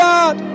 God